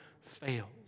fails